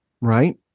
right